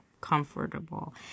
comfortable